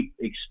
keep